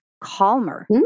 calmer